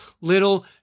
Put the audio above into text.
little